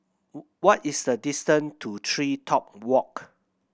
what is the distance to TreeTop Walk